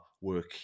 work